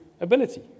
ability